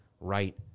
right